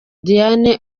diane